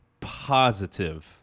positive